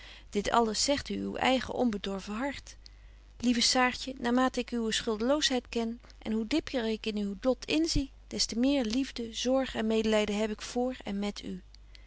dit alles zegt u uw eigen onbedorven hart lieve saartje naar mate ik uwe schuldeloosheid ken en hoe dieper ik in uw lot inzie des te meer liefde zorg en medelyden heb ik voor en met u